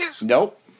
Nope